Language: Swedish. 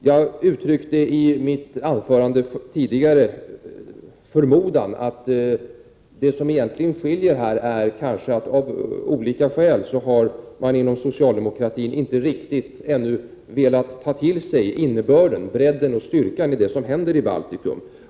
Jag uttryckte i mitt anförande tidigare en förmodan om att vad som egentligen skiljer kanske är att man av olika skäl inom socialdemokratin inte riktigt ännu velat inse innebörden, bredden och styrkan i det som händer i Baltikum.